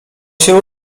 się